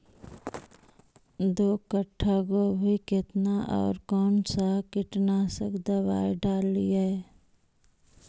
दो कट्ठा गोभी केतना और कौन सा कीटनाशक दवाई डालिए?